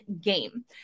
game